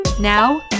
Now